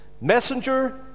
Messenger